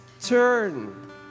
turn